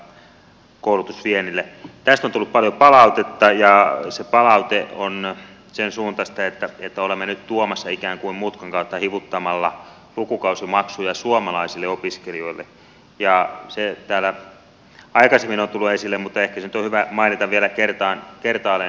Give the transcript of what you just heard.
tästä on tullut paljon palautetta ja se palaute on sensuuntaista että olemme nyt tuomassa ikään kuin mutkan kautta hivuttamalla lukukausimaksuja suomalaisille opiskelijoille ja se täällä aikaisemmin on tullut esille mutta ehkä se nyt on hyvä mainita vielä kertaalleen